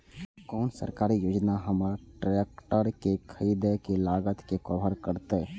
कोन सरकारी योजना हमर ट्रेकटर के खरीदय के लागत के कवर करतय?